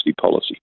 policy